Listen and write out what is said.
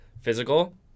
physical